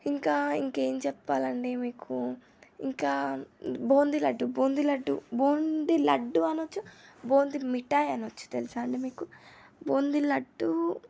ఇంకా ఇంకేం చెప్పాలండి మీకు ఇంకా బూందీ లడ్డూ బూందీ లడ్డూ బూందీ లడ్డు అనవచ్చు బూందీ మిఠాయి అనవచ్చు తెలుసా అండి మీకు బూందీ లడ్డూ